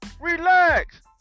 Relax